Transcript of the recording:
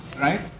Right